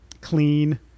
clean